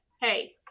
hey